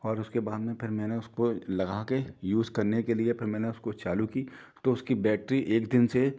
और उसके बाद में फिर मैंने उसको लगा के यूस करने के लिए फिर मैंने उसको चालू की तो उसकी बैटरी एक दिन से